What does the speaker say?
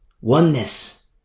oneness